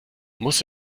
muss